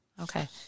Okay